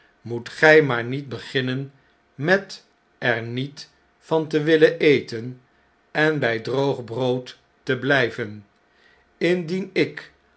moet gjj maar niet beginnen met er niet van te willen eten en bg droog brood te blrjven indien ik